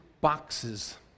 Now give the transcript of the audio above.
boxes